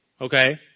Okay